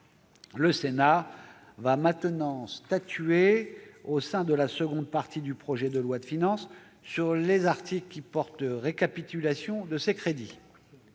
le Sénat va maintenant statuer, au sein de la seconde partie du projet de loi de finances, sur les articles qui portent récapitulation de ces crédits.